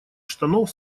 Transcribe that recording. штанов